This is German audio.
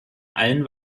allen